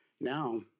Now